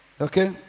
Okay